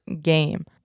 game